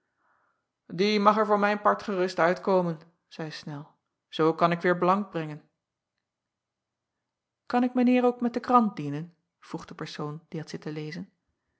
ie mag er voor mijn part gerust uitkomen zeî nel zoo kan ik weêr blank brengen an ik mijn eer ook met de krant dienen vroeg de persoon die had zitten lezen